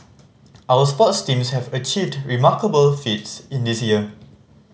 our sports teams have achieved remarkable feats in this year